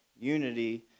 unity